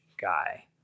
guy